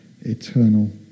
eternal